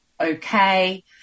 okay